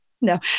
No